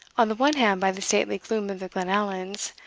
on the one hand by the stately gloom of the glenallans,